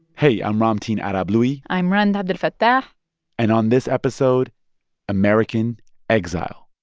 hey, i'm ramtin arablouei i'm rund abdelfatah and on this episode american exile